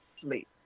sleep